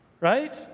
right